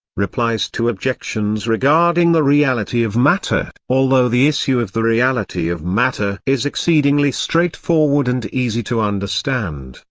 replies to objections regarding the reality of matter although the issue of the reality of matter is exceedingly straightforward and easy to understand,